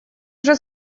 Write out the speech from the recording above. уже